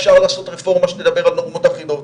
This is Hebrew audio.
אפשר לעשות רפורמה שתדבר על נורמות אחידות,